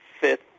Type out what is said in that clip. fifth